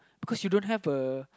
because you don't have a